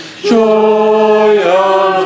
joy